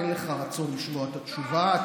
אין לך רצון לשמוע את התשובה.